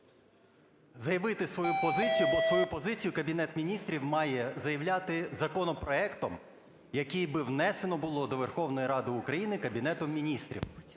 заявити свою позицію, бо свою позицію Кабінет Міністрів має заявляти законопроектом, який би внесено було до Верховної Ради України Кабінетом Міністрів.